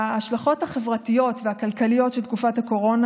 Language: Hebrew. ההשלכות החברתיות והכלכליות של תקופת הקורונה